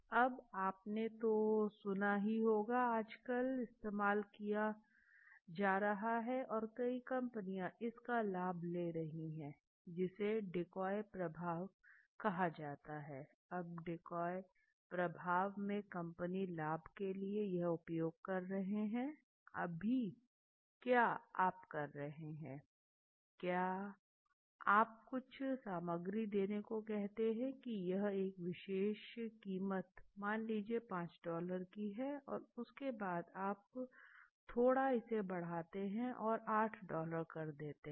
अब आप ने तो सुना ही होगा आजकल इस्तेमाल किया जा रहा है और कई कंपनियां इस का लाभ ले रही है जिसको डेको प्रभाव कहा जाता है अब डेको प्रभाव में कंपनी लाभ के लिए यह उपयोग कर रहे हैं अभी क्या आप क्या करेंगे आप कुछ सामग्री देने को कहते हैं कि यह एक विशेष कीमतों मान लीजिए 5 डॉलर की है और उसके बाद आप थोड़ा इसे बढ़ाते हैं और 8 डॉलर कर देते हैं